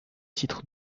titre